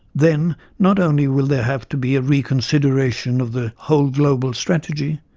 then not only will there have to be a reconsideration of the whole global strategy,